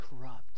corrupt